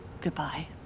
Goodbye